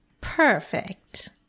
Perfect